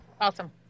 Awesome